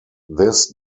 this